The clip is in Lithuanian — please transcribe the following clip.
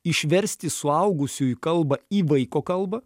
išversti suaugusiųjų kalbą į vaiko kalbą